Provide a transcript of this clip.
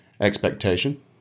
expectation